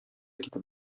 китеп